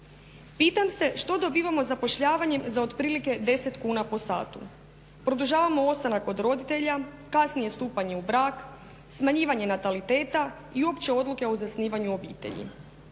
Pitam se što dobivamo zapošljavanjem za otprilike 10 kuna po satu? Produžavamo ostanak kod roditelja, kasnije stupanje u brak, smanjivanje nataliteta i uopće odluke o zasnivanju obitelji.